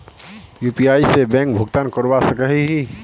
UPI से bank भुगतान करवा सकोहो ही?